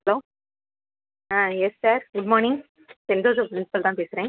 hello ah yes sir good morning Saint Joseph principal தான் பேசுகிறேன்